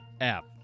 app